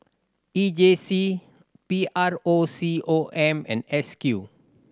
E J C P R O C O M and S Q